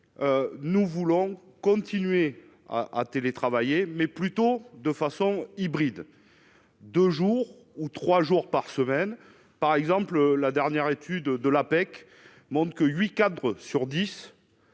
nous voulons continuer à télétravailler, mais plutôt de façon hybride. 2 jours ou 3 jours par semaine, par exemple, la dernière étude de l'APEC monde que 8 cadres sur 10